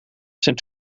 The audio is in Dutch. zijn